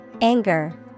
Anger